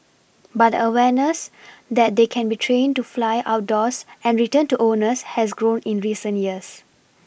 but awareness that they can be trained to fly outdoors and return to owners has grown in recent years